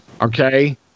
okay